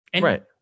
Right